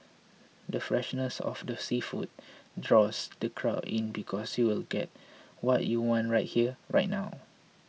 the freshness of the seafood draws the crowd in because you'll get what you want right here right now